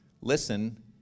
listen